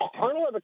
Arnold